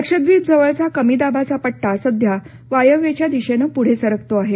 लक्षद्वीपजवळचा कमी दाबाचा पट्टा सध्या वायव्येच्या दिशेनं पुढे सरकतो आहे